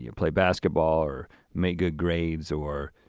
you know play basketball or make good grades or,